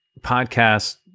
podcast